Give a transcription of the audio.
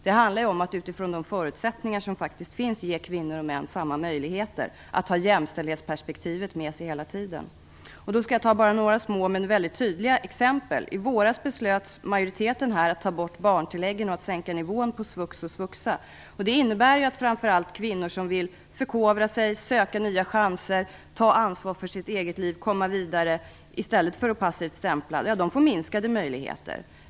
Det handlar om att utifrån de förutsättningar som finns ge kvinnor och män samma möjligheter att ha jämställdhetsperspektivet med sig hela tiden. Jag skall bara ta några små, men tydliga exempel. I våras beslöt majoriteten här att ta bort barntilläggen och sänka nivån på svux och svuxa. Det innebär att framför allt kvinnor som vill förkovra sig, söka nya chanser, ta ansvar för sitt eget liv och komma vidare, i stället för att passivt stämpla, får minskade möjligheter.